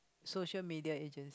social media agency